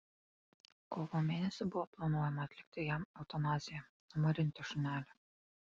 kovo mėnesį buvo planuojama atlikti jam eutanaziją numarinti šunelį